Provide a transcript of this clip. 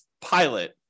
pilot